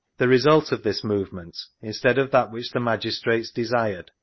the result of this movement, instead of that which the magistrates desired,